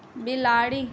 बिलाड़ि